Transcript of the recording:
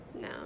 No